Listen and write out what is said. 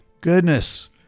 goodness